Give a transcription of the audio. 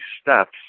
steps